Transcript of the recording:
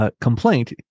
Complaint